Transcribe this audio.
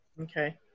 Okay